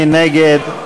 מי נגד?